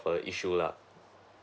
further issue lah